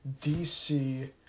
DC